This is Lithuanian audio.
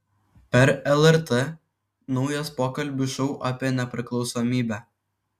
per lrt naujas pokalbių šou apie nepriklausomybę